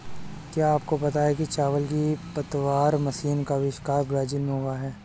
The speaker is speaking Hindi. क्या आपको पता है चावल की पतवार मशीन का अविष्कार ब्राज़ील में हुआ